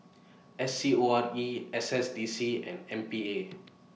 S C O R E S S D C and M P A